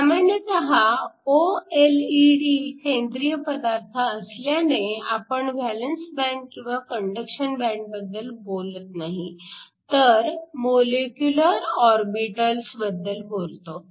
सामान्यतः ओएलईडी सेंद्रिय पदार्थ असल्याने आपण व्हॅलन्स बँड किंवा कंडक्शन बँडबद्दल बोलत नाही तर मोलेक्युलर ऑरबिटल्स बद्दल बोलतो